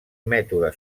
mètode